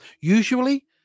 usually